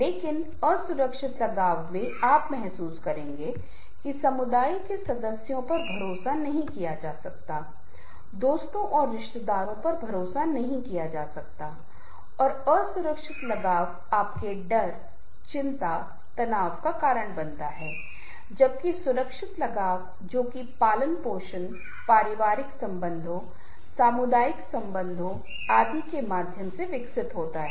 लेकिन असुरक्षित लगाव में जो आप महसूस करेंगे कि समुदाय के सदस्यों पर भरोसा नहीं किया जा सकता है दोस्तों और रिश्तेदारों पर भरोसा नहीं किया जा सकता है और असुरक्षित लगाव आपके डर चिंता तनाव का कारण बनता है जबकि सुरक्षित लगाव जो कि पालन पोषण पारिवारिक संबंधों सामुदायिक संबंधों आदि के माध्यम से विकसित होता है